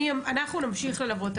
ואנחנו נמשיך ללוות.